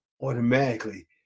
automatically